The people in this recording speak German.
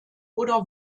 oder